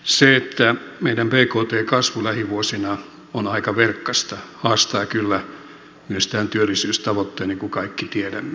se että meidän bkt kasvumme lähivuosina on aika verkkaista haastaa kyllä myös tämän työllisyystavoitteen niin kuin kaikki tiedämme